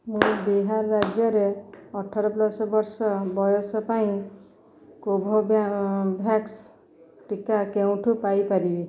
ମୁଁ ବିହାର ରାଜ୍ୟରେ ଅଠର ପ୍ଲସ୍ ବର୍ଷ ବୟସ ପାଇଁ କୋଭୋଭ୍ୟାକ୍ସ ଟିକା କେଉଁଠୁ ପାଇ ପାରିବି